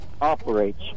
operates